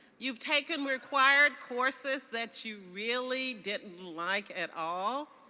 you've taken required courses that you really didn't like at all.